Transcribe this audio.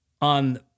on